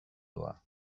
doa